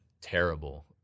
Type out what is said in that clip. terrible